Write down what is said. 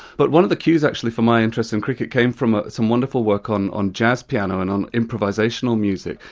but one of the cues actually for my interest in cricket came from some wonderful work on on jazz piano and on improvisational music.